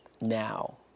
now